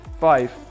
Five